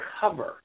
cover